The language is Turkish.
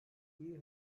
iyi